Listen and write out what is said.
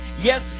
yes